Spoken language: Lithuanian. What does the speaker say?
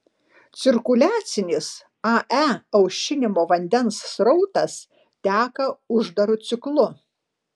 cirkuliacinis ae aušinimo vandens srautas teka uždaru ciklu